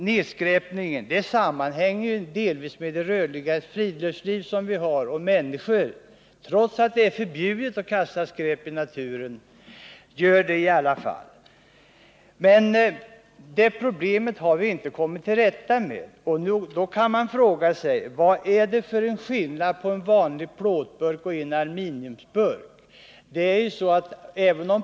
Nedskräpningsproblemet hänger också delvis samman med det rörliga friluftslivet — människorna kastar skräp i naturen fastän det är förbjudet. Det problemet har vi inte lyckats komma till rätta med. Man kan undra vad det är för skillnad mellan en vanlig plåtburk och en aluminiumburk.